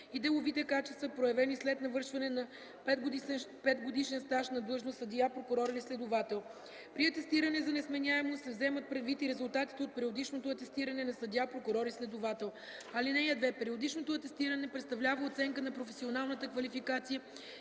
и деловите качества, проявени след навършване на петгодишен стаж на длъжност съдия, прокурор или следовател. При атестиране за несменяемост се вземат предвид и резултатите от периодичното атестиране на съдия, прокурор и следовател. (2) Периодичното атестиране представлява оценка на професионалната квалификация